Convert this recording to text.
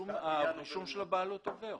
הרישום של הבעלות עובר.